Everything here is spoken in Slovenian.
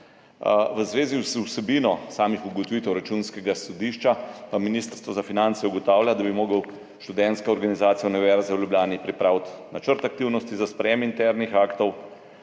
V zvezi z vsebino samih ugotovitev Računskega sodišča pa Ministrstvo za finance ugotavlja, da bi morala Študentska organizacija Univerze v Ljubljani pripraviti načrt aktivnosti za sprejem internih aktov,